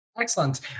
Excellent